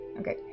Okay